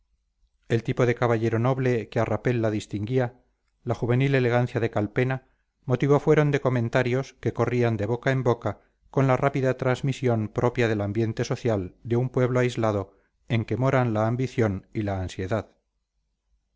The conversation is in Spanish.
el tipo de caballero noble que a rapella distinguía la juvenil elegancia de calpena motivo fueron de comentarios que corrían de boca en boca con la rápida transmisión propia del ambiente social de un pueblo aislado en que moran la ambición y la ansiedad